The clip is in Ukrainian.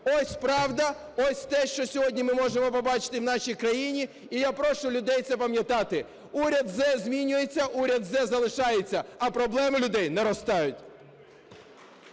Ось правда, ось те, що сьогодні ми можемо побачити в нашій країні. І я прошу людей це пам'ятати. Уряд "Зе" змінюється, уряд "Зе" залишаться, а проблеми людей наростають.